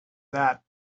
that